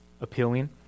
appealing